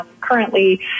currently